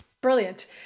Brilliant